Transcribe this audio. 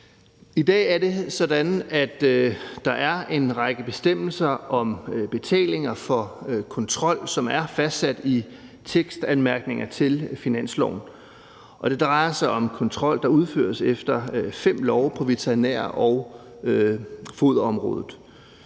I dag er det sådan, at der er en række bestemmelser om betalinger for kontrol, som er fastsat i tekstanmærkninger til finansloven, og det drejer sig om kontrol, der udføres efter fem love på veterinær- og foderområdet.